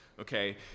Okay